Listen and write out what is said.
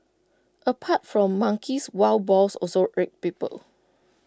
apart from monkeys wild boars also irk people